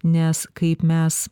nes kaip mes